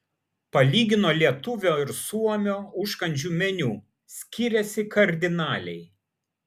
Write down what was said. palygino lietuvio ir suomio užkandžių meniu skiriasi kardinaliai